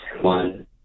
one